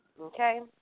okay